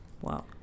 Wow